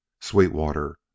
Sweetwater